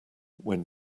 when